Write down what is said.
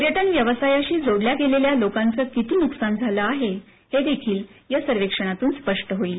पर्यटन व्यवसायाशी जोडल्या गेलेल्या लोकांचं किती नुकसान झालं आहे हे देखील या सर्व्हेक्षणातून स्पष्ट होईल